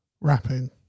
Rapping